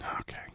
Okay